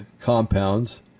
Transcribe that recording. compounds